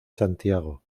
santiago